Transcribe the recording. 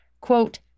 quote